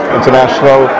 international